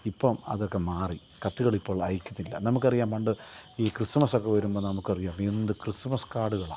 ഇപ്പം അതൊക്കെ മാറി കത്തുകളിപ്പോൾ അയക്കുന്നില്ല നമുക്കറിയാം പണ്ട് ഈ ക്രിസ്മസ്സൊക്കെ വരുമ്പോൾ നമുക്കറിയാം എന്ത് ക്രിസ്മസ് കാർഡുകളാണ്